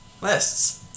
lists